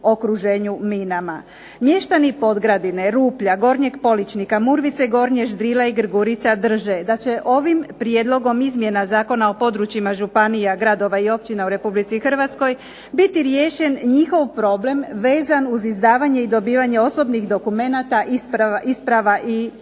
okruženju minama. Mještani Podgradine, Ruplja, Gornjeg Poličnika, Murvice Gornje, Ždrila i Grgurica drže da će ovim prijedlogom izmjena Zakona o područjima županija, gradova i općina u Republici Hrvatskoj biti riješen njihov problem vezan uz izdavanje i dobivanje osobnih dokumenata, isprava i uvjerenja,